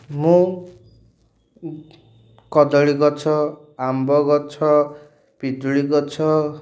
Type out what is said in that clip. ମୁଁ କଦଳୀ ଗଛ ଆମ୍ବ ଗଛ ପିଜୁଳି ଗଛ